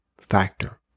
factor